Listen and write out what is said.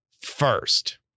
first